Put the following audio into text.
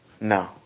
No